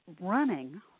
running